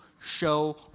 show